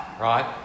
right